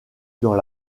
dans